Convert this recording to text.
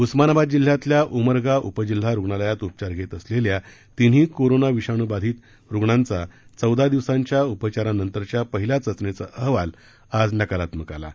उस्मानाबाद जिल्ह्यातल्या उमरगा उपजिल्हा रुग्णालयात उपचार घेत असलेल्या तिन्ही कोरोनो विषाणू बिधीत रुग्णांचा चौदा दिवसांच्या उपचारानंतरच्या पहिल्या चाचणीचा अहवाल आज नकारात्मक आला आहे